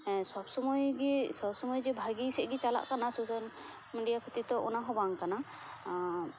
ᱦᱮᱸ ᱥᱚᱵᱽ ᱥᱚᱢᱚᱭᱜᱮ ᱥᱚᱵᱽ ᱥᱚᱢᱚᱭ ᱡᱮ ᱵᱷᱟᱜᱮ ᱥᱮᱡ ᱜᱮ ᱪᱟᱞᱟᱜ ᱠᱟᱱᱟ ᱥᱳᱥᱟᱞ ᱢᱮᱰᱤᱭᱟ ᱠᱷᱟ ᱛᱤᱨ ᱛᱮ ᱚᱱᱟ ᱦᱚᱸ ᱵᱟᱝ ᱠᱟᱱᱟ